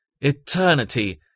eternity